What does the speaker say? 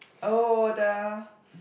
oh the